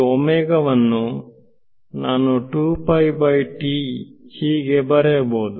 ಈ ವನ್ನು ನಾನು ಹೀಗೆ ಬರೆಯಬಹುದು